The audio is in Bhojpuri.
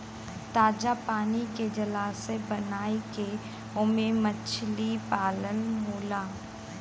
ताजा पानी के जलाशय बनाई के ओमे मछली पालन होला